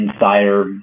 insider